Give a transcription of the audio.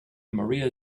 maria